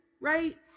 right